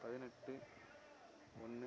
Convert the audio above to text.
பதினெட்டு ஒன்று